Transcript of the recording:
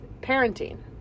parenting